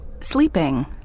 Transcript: sleeping